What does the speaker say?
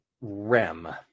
rem